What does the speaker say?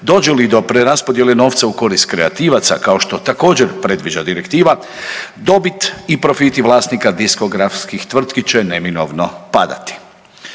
dođe li do preraspodjele novca u korist kreativaca, kao što također, previđa direktiva, dobit i profit vlasnika diskografskih tvrtki će neminovno padati.